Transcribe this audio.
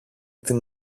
την